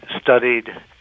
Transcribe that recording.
studied